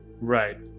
Right